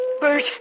Bert